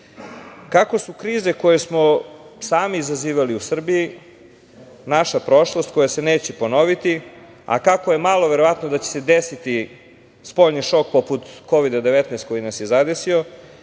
su krize koje smo sami izazivali u Srbiji naša prošlost koja se neće ponoviti, a kako je malo verovatno da će se desiti spoljni šok poput Kovida - 19 koji nas je zadesio,